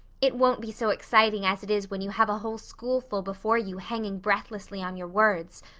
it won't be so exciting as it is when you have a whole schoolful before you hanging breathlessly on your words.